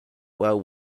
what